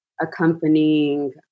accompanying